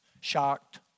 shocked